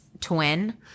twin